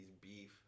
beef